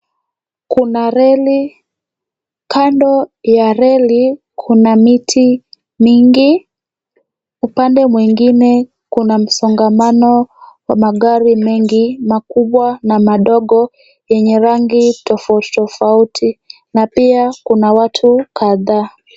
Kuna reli, kando ya reli, kuna miti mingi. Upande mwingine, kuna msongamano wa magari mengi, makubwa na madogo, yenye rangi tofauti tofauti na pia kuna watu kadhaa.